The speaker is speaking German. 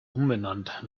umbenannt